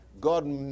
God